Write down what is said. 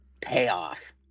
payoff